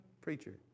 preacher